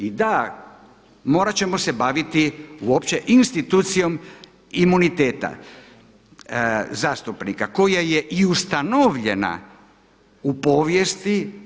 I da, morati ćemo se baviti uopće institucijom imuniteta zastupnika koja je i ustanovljena u povijesti.